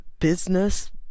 business